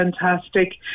fantastic